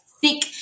thick